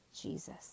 Jesus